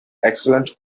excellent